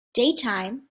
daytime